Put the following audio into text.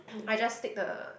I just stick the